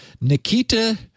Nikita